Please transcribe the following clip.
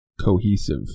cohesive